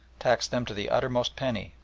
taxed them to the uttermost penny,